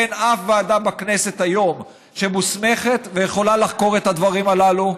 אין שום ועדה בכנסת היום שמוסמכת ויכולה לחקור את הדברים הללו.